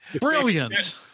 brilliant